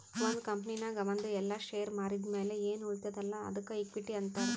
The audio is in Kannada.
ಒಂದ್ ಕಂಪನಿನಾಗ್ ಅವಂದು ಎಲ್ಲಾ ಶೇರ್ ಮಾರಿದ್ ಮ್ಯಾಲ ಎನ್ ಉಳಿತ್ತುದ್ ಅಲ್ಲಾ ಅದ್ದುಕ ಇಕ್ವಿಟಿ ಅಂತಾರ್